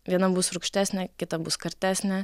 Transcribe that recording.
viena bus rūgštesnė kita bus kartesnė